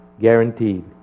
guaranteed